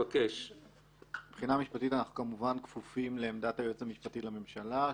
אנחנו כמובן כפופים לעמדת היועץ המשפטי לממשלה,